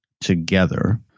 together